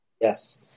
yes